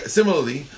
Similarly